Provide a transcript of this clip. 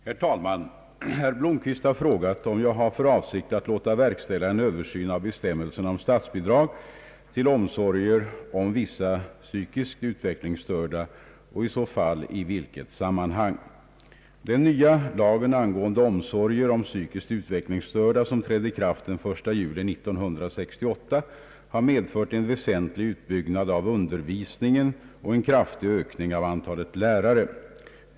Herr talman! Herr Blomquist har frågat om jag har för avsikt att låta verkställa en översyn av bestämmelserna om statsbidrag till omsorger om vissa psykiskt utvecklingsstörda och i så fall i vilket sammanhang. Den nya lagen angående omsorger om psykiskt utvecklingsstörda, som trädde i kraft den 1 juli 1968, har medfört en väsentlig utbyggnad av undervisningen och en kraftig ökning av antalet lärare.